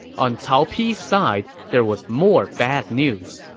on cao pi's side, there was more bad news.